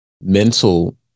mental